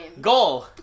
Goal